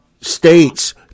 states